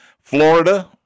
Florida